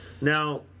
Now